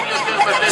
בית-המשפט אמר את זה.